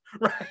right